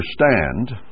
understand